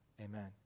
amen